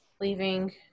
leaving